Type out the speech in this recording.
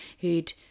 who'd